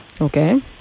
Okay